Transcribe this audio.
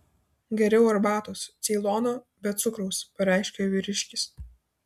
geriau arbatos ceilono be cukraus pareiškė vyriškis